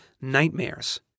nightmares